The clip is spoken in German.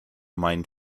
meinen